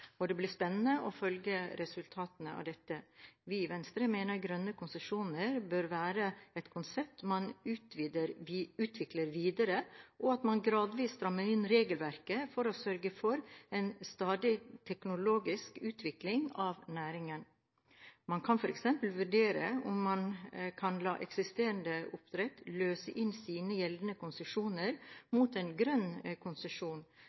og det blir spennende å følge resultatene av dette. Vi i Venstre mener at grønne konsesjoner er et konsept man bør utvikle videre, og at man gradvis bør stramme inn regelverket for å sørge for en stadig teknologisk utvikling av næringen. Man kan for eksempel vurdere å la eksisterende oppdrettere løse inn sine gjeldende konsesjoner mot en grønn konsesjon,